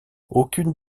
aucune